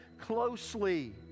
closely